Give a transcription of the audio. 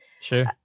Sure